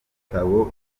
igitabo